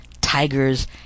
tigers